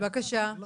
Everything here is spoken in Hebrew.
אשכרה על